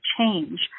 change